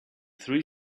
three